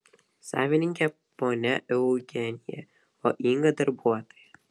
savininkė ponia eugenija o inga darbuotoja